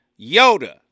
Yoda